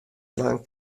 dwaan